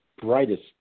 brightest